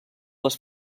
les